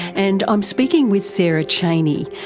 and i'm speaking with sarah chaney,